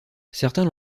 certains